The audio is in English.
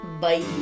Bye